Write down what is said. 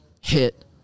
hit